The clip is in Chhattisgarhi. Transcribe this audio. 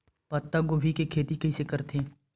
पत्तागोभी के खेती कइसे करथे?